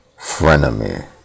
frenemy